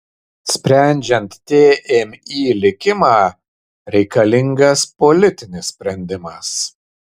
sprendžiant tmi likimą reikalingas politinis sprendimas